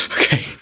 Okay